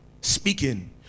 speaking